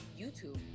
youtube